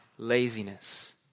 laziness